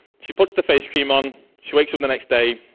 she put the face cream on, she wakes up the next day,